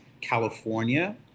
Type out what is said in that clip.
California